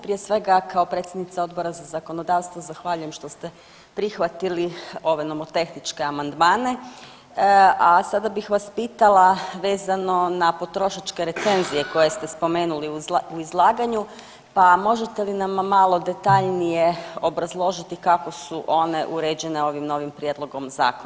Prije svega kao predsjednica Odbora za zakonodavstvo zahvaljujem što ste prihvatili ove nomotehničke amandmane, a sada bih vas pitala vezano na potrošačke recenzije koje ste spomenuli u izlaganju, pa možete li nam malo detaljnije obrazložiti kako su one uređene ovim novim prijedlogom zakona.